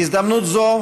בהזדמנות זו,